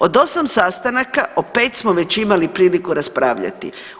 Od 8 sastanaka o 5 smo već imali priliku raspravljati.